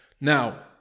Now